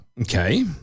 Okay